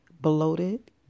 bloated